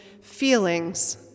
feelings